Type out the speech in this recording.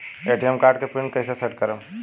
ATM card के PIN कैसे set करम?